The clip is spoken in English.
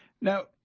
Now